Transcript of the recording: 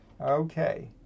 Okay